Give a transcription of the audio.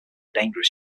dangerous